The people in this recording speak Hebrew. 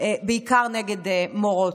בעיקר נגד מורות.